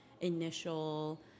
initial